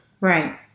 Right